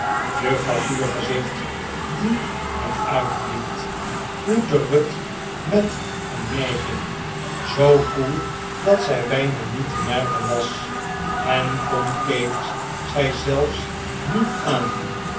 juffrouw vuurgezicht die hen uitliet groette ruth met een nijging zoo koel dat zij bijna niet te merken was en tom keek zij zelfs niet aan